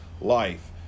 life